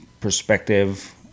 perspective